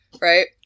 Right